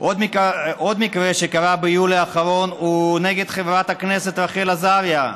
עוד מקרה שקרה ביולי האחרון הוא נגד חברת הכנסת רחל עזריה.